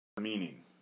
meaning